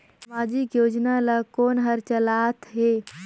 समाजिक योजना ला कोन हर चलाथ हे?